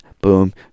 boom